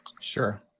Sure